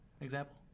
example